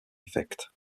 effect